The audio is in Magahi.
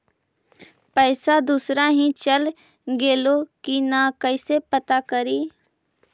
पैसा दुसरा ही चल गेलै की न कैसे पता करि?